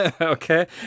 Okay